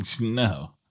No